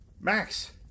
Max